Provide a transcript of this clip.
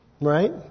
Right